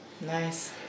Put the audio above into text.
Nice